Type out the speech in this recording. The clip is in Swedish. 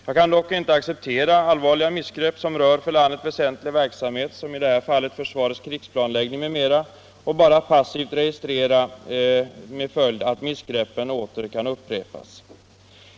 Jag kan dock inte acceptera att allvarliga missgrepp som rör för landet väsentlig verksamhet, såsom i det här fallet försvarets krigsplanläggning m.m., bara passivt registreras med följd att missgreppen kan återupprepas.